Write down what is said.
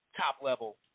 top-level